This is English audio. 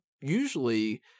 usually